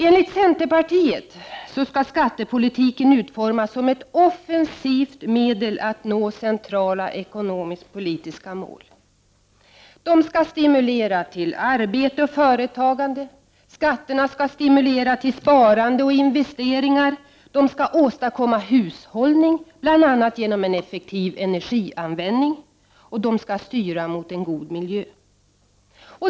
Enligt centerpartiet skall skattepolitiken utformas som ett offensivt medel att nå centrala ekonomisk-politiska mål. Skatterna skall stimulera till arbete och företagande, de skall stimulera till sparande och investeringar, de skall åstadkomma hushållning bl.a. genom en effektiv energianvändning, och de skall styra mot en god miljö.